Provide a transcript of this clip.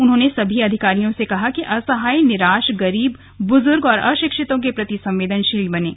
उन्होंने सभी अधिकारियों से कहा कि असहाय निराश गरीब बुजुर्ग और अशिक्षितों के प्रति संवेदनशील बनें